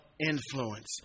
influence